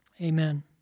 Amen